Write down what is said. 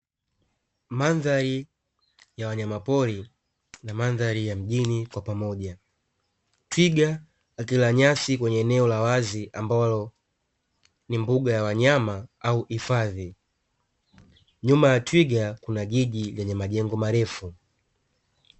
Mandhari ya wanyama pori na mandhari ya mjini kwa pamoja, twiga akila nyasi kwenye ambalo ni mbuga ya wanyama au hifadhi nyuma ya twiga kuna jiji lenye majengo marefu.